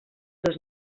dos